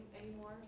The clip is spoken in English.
anymore